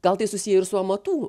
gal tai susiję ir su amatų